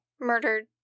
murdered